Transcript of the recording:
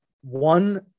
one